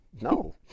no